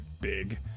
big